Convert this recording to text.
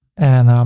and,